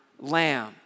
lamb